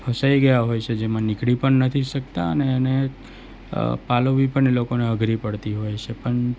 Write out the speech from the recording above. ફસાઈ ગયા હોય છે જેમાં નીકળી પણ નથી શકતા અને એને પાલવવી પણ એ લોકોને અઘરી પડતી હોય છે પણ